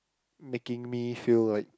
making me feel like